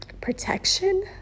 protection